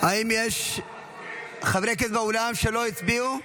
האם יש חברי כנסת באולם שלא הצביעו?